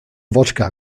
wodka